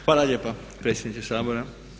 Hvala lijepa predsjedniče Sabora.